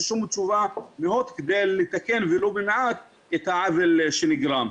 שום תשובה מהוט כדי לתקן ולו במעט את העוול שנגרם.